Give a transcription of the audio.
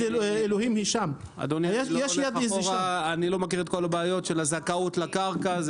אני לא מכיר את כל הבעיות שיש בנושא של הזכאות לקרקע.